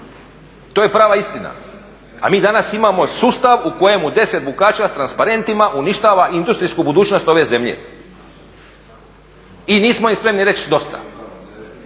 To je prava istina. A mi danas imamo sustav u kojemu deset bukača s transparentima uništava industrijsku budućnost ove zemlje i nismo im spremni reći dosta